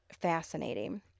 fascinating